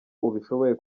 ubishoboye